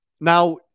Now